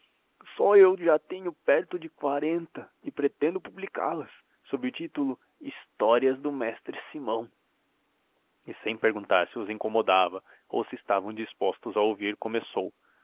só eu já tenho perto de quarenta e pretendo publicá las sob o título histórias do mestre simão e sem perguntar se os incomodava ou se estavam dispostos a ouvir começou